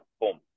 boom